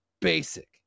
basic